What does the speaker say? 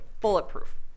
bulletproof